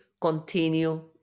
continue